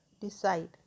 decide